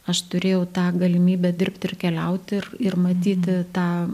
aš turėjau tą galimybę dirbti ir keliauti ir ir matyti tą